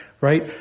right